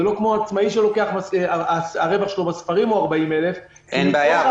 זה לא כמו עצמאי שהרווח שלו בספרים הוא 40,000. אין בעיה,